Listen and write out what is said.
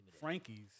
Frankie's